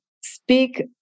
speak